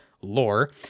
lore